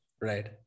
Right